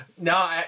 No